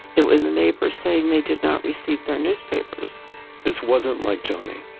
it was a neighbor saying they did not receive their newspapers this wasn't like johnny,